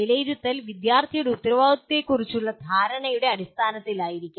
വിലയിരുത്തൽ വിദ്യാർത്ഥിയുടെ ഉത്തരവാദിത്വങ്ങളെക്കുറിച്ചുള്ള ധാരണയുടെ അടിസ്ഥാനത്തിലായിരിക്കാം